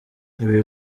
ibi